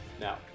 now